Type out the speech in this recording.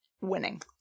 Winning